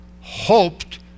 hoped